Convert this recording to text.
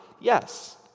Yes